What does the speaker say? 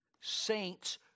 Saints